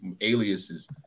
aliases